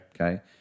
Okay